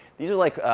these are like